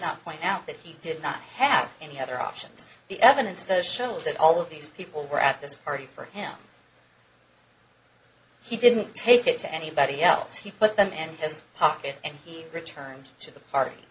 not point out that he did not have any other options the evidence to show that all of these people were at this party for him he didn't take it to anybody else he put them in his pocket and he returned to the party